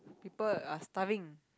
people are starving